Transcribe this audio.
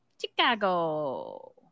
chicago